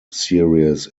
series